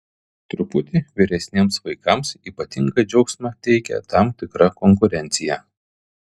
truputį vyresniems vaikams ypatingą džiaugsmą teikia tam tikra konkurencija